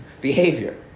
behavior